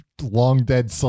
long-dead